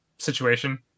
Situation